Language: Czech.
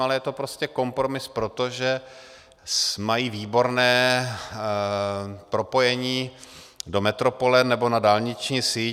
Ale je to prostě kompromis pro to, že mají výborné propojení do metropole nebo na dálniční síť.